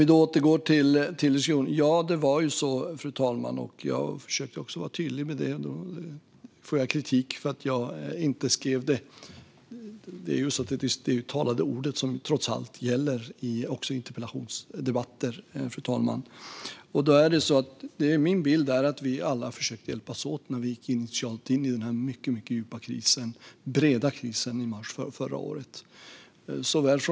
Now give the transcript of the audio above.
Låt mig återgå till interpellationen. Jag försökte vara tydlig, fru talman, men nu får jag kritik för att jag inte skrev allt i svaret. Det är dock trots allt det talade ordet som gäller, också i interpellationsdebatter. Min bild är att alla försökte hjälpas åt när vi initialt gick in i denna mycket djupa och breda kris i mars förra året.